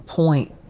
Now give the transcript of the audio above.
point